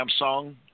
Samsung